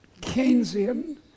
Keynesian